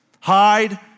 hide